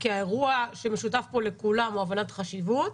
כי האירוע שמשותף פה לכולם הוא הבנת החשיבות.